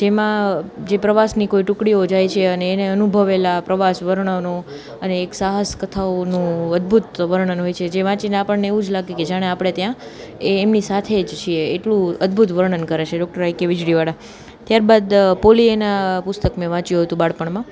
જેમાં જે પ્રવાસની કોઈ ટુકડીઓ જાય છે અને એને અનુભવેલા પ્રવાસ વર્ણનો અને એક સાહસ કથાઓનો અદભૂત વર્ણન હોય છે જે વાંચીને આપણને એવું જ લાગે કે જાણે આપણે ત્યાં એ એમની સાથે જ છીએ એટલું અદભૂત વર્ણન કરે છે ડોક્ટર આઈ કે વીજળીવાળા ત્યાર બાદ પોલીએના પુસ્તક મેં વાંચ્યું હતું બાળપણમાં